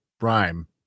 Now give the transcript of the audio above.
rhyme